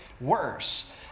worse